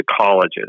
colleges